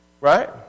Right